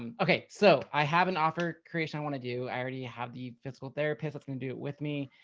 um okay. so i have an offer creation. i want to do, i already have the physical therapist. that's gonna do it with me.